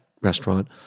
restaurant